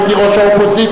גברתי ראש האופוזיציה,